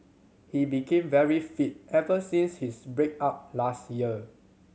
he became very fit ever since his break up last year